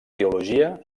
teologia